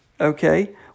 okay